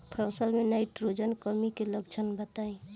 फसल में नाइट्रोजन कमी के लक्षण बताइ?